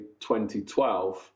2012